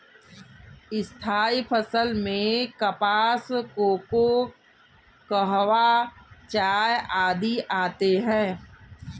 स्थायी फसल में कपास, कोको, कहवा, चाय आदि आते हैं